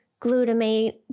glutamate